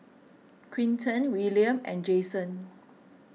Quinten Wiliam and Jason